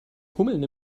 hummeln